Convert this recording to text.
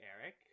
Eric